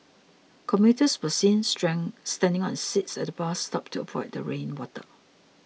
commuters were seen standing on seats at the bus stop to avoid the rain water